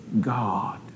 God